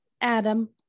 Adam